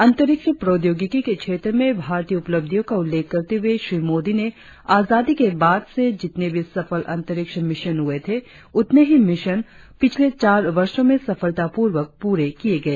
अंतरिक्ष प्रौद्योगिकी के क्षेत्र में भारतीय उपलब्धियों का उल्लेख करते हुए श्री मोदी ने आजादी के बाद से जितने भी सफल अंतरिक्ष मिशन हुए थे उतने ही मिशन पिछले चार वर्षों में सफलतापूर्वक पूरे किए गए